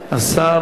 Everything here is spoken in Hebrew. אבל אני מקווה שבכל